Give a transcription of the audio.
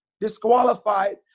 disqualified